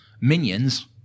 minions